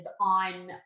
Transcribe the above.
on